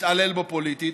להתעלל בו פוליטית.